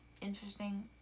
interesting